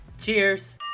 Cheers